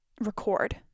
record